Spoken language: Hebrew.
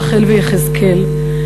רחל ויחזקאל,